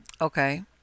okay